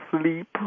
sleep